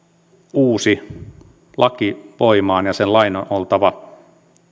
uusi laki voimaan ja sen lain on oltava